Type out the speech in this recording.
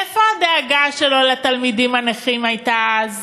איפה הדאגה שלו לתלמידים הנכים הייתה אז?